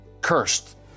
cursed